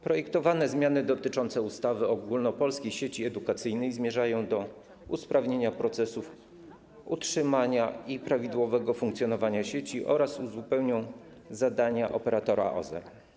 Projektowane zmiany dotyczące ustawy o Ogólnopolskiej Sieci Edukacyjnej zmierzają do usprawnienia procesów utrzymania i prawidłowego funkcjonowania sieci oraz uzupełnią zadania operatora OSE.